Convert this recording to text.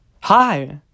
Hi